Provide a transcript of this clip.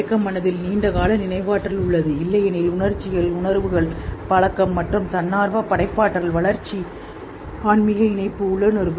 மயக்க மனதில் நீண்ட கால நினைவாற்றல் உள்ளது இல்லையெனில் உணர்ச்சிகள் உணர்வுகள் பழக்கம் மற்றும் தன்னார்வ படைப்பாற்றல் வளர்ச்சி ஆன்மீக இணைப்பு உள்ளுணர்வு